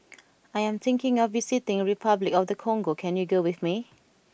I am thinking of visiting Repuclic of the Congo can you go with me